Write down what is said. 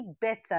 better